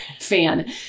fan